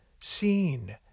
seen